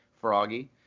froggy